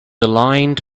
aligned